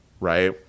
right